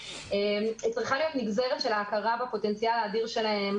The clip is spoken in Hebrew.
צריכה להיות נגזרת של ההכרה בפוטנציאל האדיר שלהם,